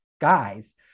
guys